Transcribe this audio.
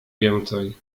więcej